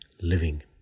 living